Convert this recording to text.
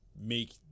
make